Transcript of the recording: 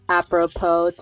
apropos